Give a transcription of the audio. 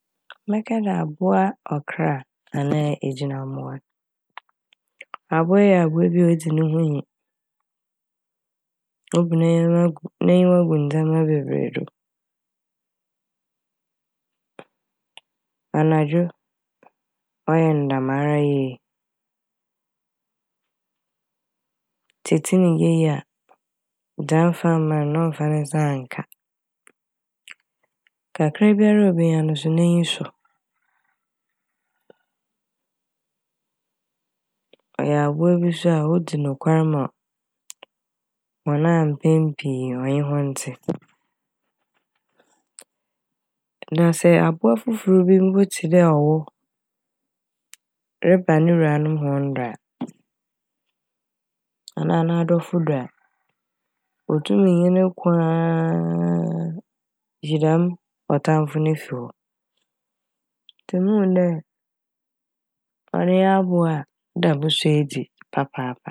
Mɛka dɛ abowa ɔkra anaa egyinambowa abowa yi yɛ abowa bi a odzi ne ho nyi, obu ne nyɛma gu - n'enyiwa gu ndzɛma bebree do anadwo ɔye ndam ara yie. Tsetse ne yie a dze a emmfa mma n' no ɔmmfa ne nsa nnka kakra biara a obenya no so n'enyi sɔ. Ɔyɛ abowa bi so a odzi nokwar ma wo hɔn a mpɛn pii no wɔnye hɔn tse na sɛ abowa fofor bi mpo tse dɛ ɔwɔ reba no wuranom hɔn do a anaa n'adɔfo do wotum nye no ko aaa yi dɛm ɔtamfo no fi hɔ ntsi muhu dɛ ɔno nye abowa a ɔda mu su edzi papaapa.